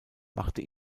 machte